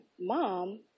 mom